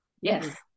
Yes